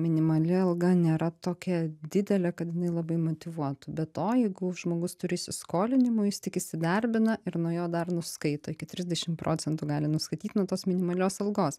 minimali alga nėra tokia didelė kad jinai labai motyvuotų be to jeigu žmogus turi įsiskolinimų jis tik įsidarbina ir nuo jo dar nuskaito iki trisdešim procentų gali nuskaityt nuo tos minimalios algos